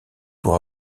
pour